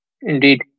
Indeed